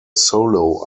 solo